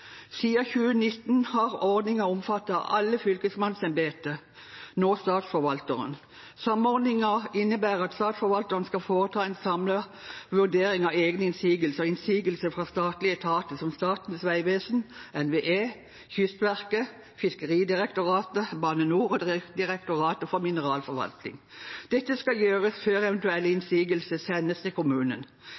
2019 har ordningen omfattet alle fylkesmannsembeter, nå Statsforvalteren. Samordningen innebærer at Statsforvalteren skal foreta en samlet vurdering av egne innsigelser og innsigelser fra statlige etater som Statens vegvesen, NVE, Kystverket, Fiskeridirektoratet, Bane Nor og Direktoratet for mineralforvaltning. Dette skal gjøres før eventuelle innsigelser sendes til kommunen.